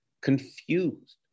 confused